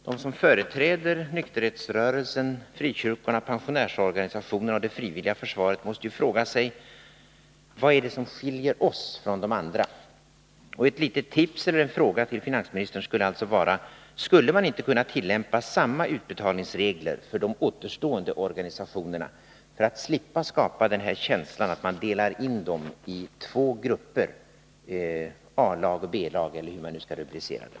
De som företräder nykterhetsrörelsen, frikyrkorna, pensionärsorganisationerna och det frivilliga försvaret måste ju fråga sig: Vad är det som skiljer oss från de andra? Ett litet tips i form av en fråga till finansministern: Skulle man inte kunna tillämpa samma utbetalningsregler för de återstående organisationerna, för att slippa skapa denna känsla att de delas in i två grupper — A-lag och B-lag, eller hur man nu skall rubricera det?